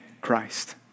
Christ